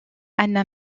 anna